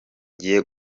ngiye